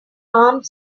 armed